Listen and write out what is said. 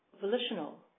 volitional